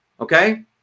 Okay